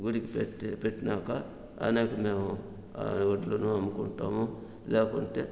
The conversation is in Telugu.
గుడికి పెట్టి పెట్టినాక అనాక మేము వడ్లను అమ్ముకుంటాము లేకుంటే